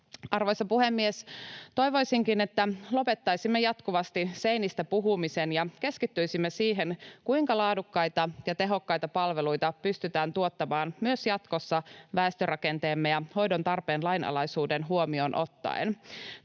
Arvoisa puhemies! Toivoisinkin, että lopettaisimme jatkuvasti seinistä puhumisen ja keskittyisimme siihen, kuinka laadukkaita ja tehokkaita palveluita pystytään tuottamaan myös jatkossa väestörakenteemme ja hoidon tarpeen lainalaisuuden huomioon ottaen,